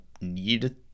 need